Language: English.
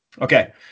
Okay